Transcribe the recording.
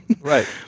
Right